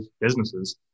businesses